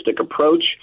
approach